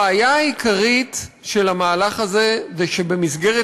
הבעיה העיקרית של המהלך הזה היא שבמסגרת